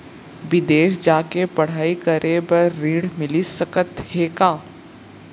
बिदेस जाके पढ़ई करे बर ऋण मिलिस सकत हे का?